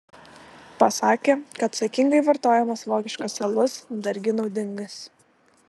pasakė kad saikingai vartojamas vokiškas alus dargi naudingas